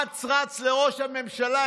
אץ-רץ לראש הממשלה,